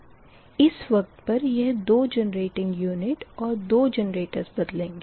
इस वक़्त पर यह दो जेनरेटिंग यूनिट और दो जेनरेटर्स बदलेंगे